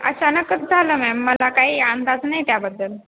अचानकच झालं मॅम मला काही अंदाज नाही त्याबद्दल